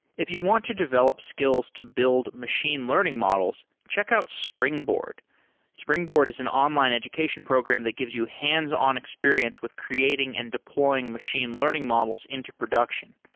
if you want to develop skills to build machine learning models, check out springboard springboard is an online education program that gives you hands-on experience with creating and deploying machine learning models into production,